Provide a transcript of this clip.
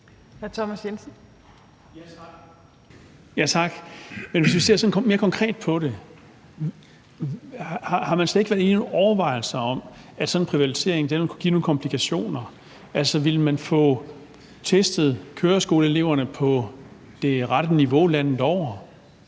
(S): Tak. Men hvis vi ser sådan mere konkret på det, har man slet ikke været inde i nogle overvejelser om, at sådan en privatisering ville kunne give nogle komplikationer? Altså, ville man få testet køreskoleeleverne på det rette niveau landet over?